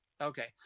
okay